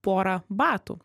porą batų